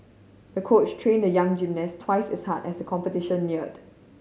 the coach trained the young gymnast twice is hard as competition neared